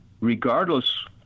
regardless